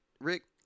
Rick